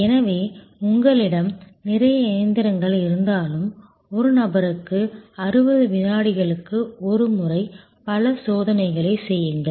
எனவே உங்களிடம் நிறைய இயந்திரங்கள் இருந்தாலும் ஒரு நபருக்கு 60 வினாடிகளுக்கு ஒரு முறை பல சோதனைகளைச் செய்யுங்கள்